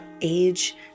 age